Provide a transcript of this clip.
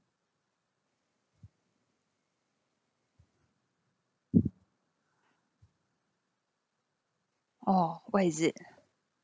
orh what is it